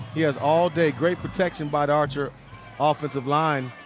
he has all day, great protection by archer offensive line.